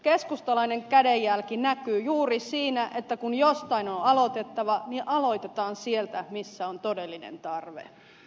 keskustalainen kädenjälki näkyy juuri siinä että kun jostain on aloitettava niin aloitetaan sieltä missä on todellinen tarve